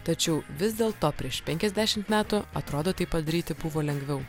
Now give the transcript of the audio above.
tačiau vis dėlto prieš penkiasdešimt metų atrodo tai padaryti buvo lengviau